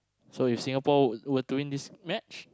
so if Singapore were were to win this match